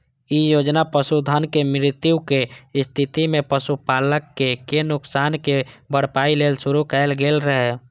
ई योजना पशुधनक मृत्युक स्थिति मे पशुपालक कें नुकसानक भरपाइ लेल शुरू कैल गेल रहै